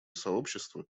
сообщество